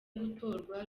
gutorwa